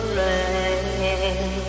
rain